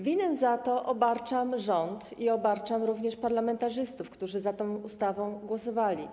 Winą za to obarczam rząd i obarczam również parlamentarzystów, którzy za tą ustawą głosowali.